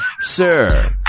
Sir